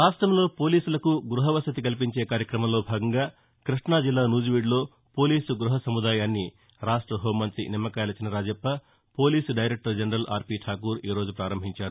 రాష్టంలో పోలీసులకు గృహ వసతి కల్పించే కార్యక్రమంలో భాగంగా కృష్ణా జిల్లా నూజివీడులో పోలీసు గృహ సముదాయాన్ని రాష్ట హోం మంతి Nimmakayala Chinarajappa police director general R P Thakur ఈ రోజు పారంభించారు